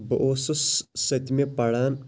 بہٕ اوسُس سٔتمہِ پَران